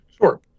Sure